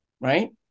right